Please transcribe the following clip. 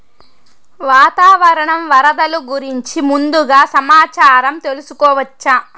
వాతావరణం వరదలు గురించి ముందుగా సమాచారం తెలుసుకోవచ్చా?